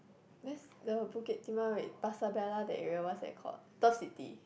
there's the Bukit-Timah wait Pasar-Bella that area what's that called Turf City